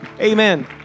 Amen